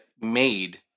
made